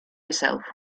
yourself